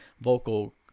vocal